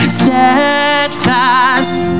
steadfast